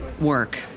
work